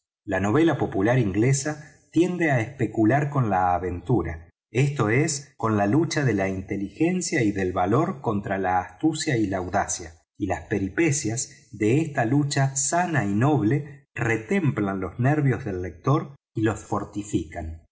la novela popular inglesa tiende especular con la aventura esto es con la lucha de la inteligencia y del valor contra la astucia y la audacia y las peripecias de esta lucha sana y noble retemplan los nervios del lector y los fortifican